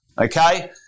okay